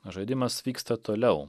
žaidimas vyksta toliau